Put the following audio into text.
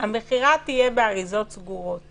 שהמכירה תהיה באריזות סגורות